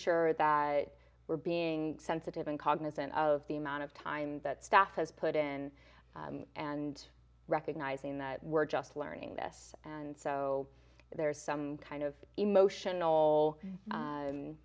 sure that we're being sensitive and cognizant of the amount of time that staff has put in and recognizing that we're just learning this and so there's some kind of emotional